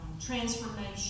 transformation